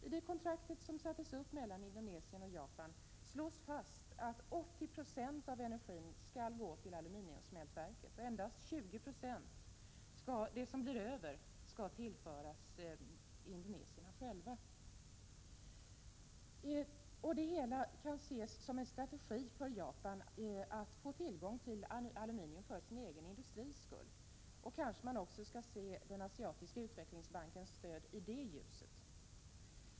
I det kontrakt som sattes upp mellan Indonesien och Japan slås fast att 80 90 av energin skall gå till aluminiumsmältverket och att endast 20 96, det som blir över, skall tillföras indonesierna själva. Det hela kan ses som en strategi för att Japan skall få tillgång till aluminium för sin egen industri. Man skall kanske också se den asiatiska utvecklingsbankens stöd i det ljuset.